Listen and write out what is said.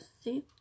see